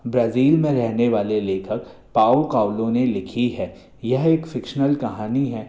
Brazil में रहने वाले लेखक पाव कावलो ने लिखी है यह एक फ़िक्शनल कहानी है